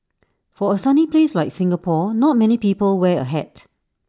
for A sunny place like Singapore not many people wear A hat